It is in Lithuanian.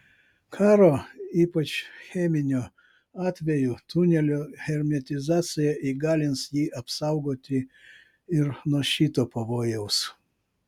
karo ypač cheminio atveju tunelio hermetizacija įgalins jį apsaugoti ir nuo šito pavojaus